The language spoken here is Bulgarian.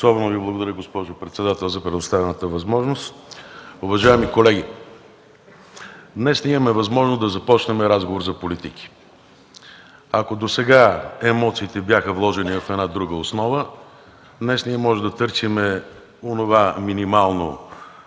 Особено Ви благодаря, госпожо председател, за предоставената възможност. Уважаеми колеги, днес ние имаме възможност да започнем разговор за политики. Ако досега емоциите бяха вложени в една друга основа, днес можем да търсим онова минимално